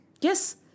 Yes